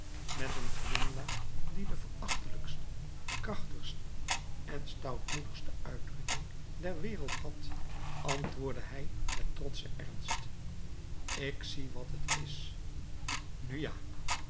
met een glimlach die de verachtelijkste krachtigste en stoutmoedigste uitdrukking der wereld had antwoordde hij met trotschen ernst ik zie wat het is nu ja